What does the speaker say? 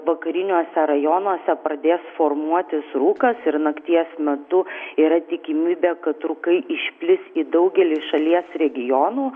vakariniuose rajonuose pradės formuotis rūkas ir nakties metu yra tikimybė kad rūkai išplis į daugelį šalies regionų